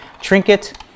trinket